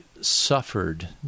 suffered